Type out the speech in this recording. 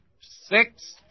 six